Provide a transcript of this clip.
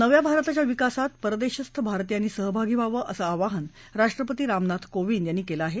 नव्या भारताच्या विकासात परदेशस्थ भारतीयांनी सहभागी व्हावं असं आवाहन राष्ट्रपती रामनाथ कोविंद यांनी केलं आहे